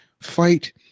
fight